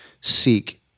seek